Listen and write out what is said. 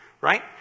Right